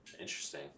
Interesting